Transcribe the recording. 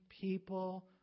people